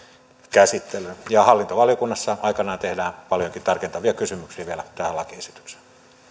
käsitellä ja hallintovaliokunnassa aikanaan tehdään paljonkin tarkentavia kysymyksiä vielä tähän lakiesitykseen